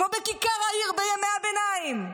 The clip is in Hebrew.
כמו בכיכר העיר בימי הביניים,